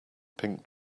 pink